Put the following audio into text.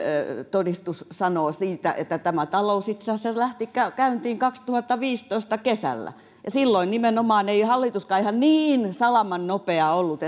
todistus sanoo siitä että talous itse asiassa lähti käyntiin vuoden kaksituhattaviisitoista kesällä ja silloin nimenomaan ei hallituskaan ihan niin salamannopea ollut